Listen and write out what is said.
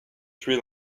tuer